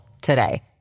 today